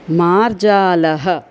मार्जालः